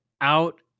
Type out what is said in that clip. out